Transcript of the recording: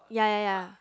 ya ya ya